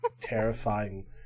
terrifying